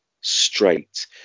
straight